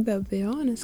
be abejonės